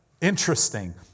Interesting